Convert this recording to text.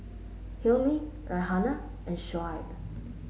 Hilmi Raihana and Shoaib